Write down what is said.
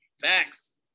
Facts